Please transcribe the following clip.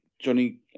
Johnny